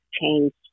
changed